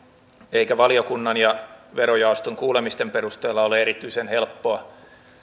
eikä valiokunnan ja verojaoston kuulemisten perusteella ole erityisen helppoa